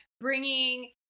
bringing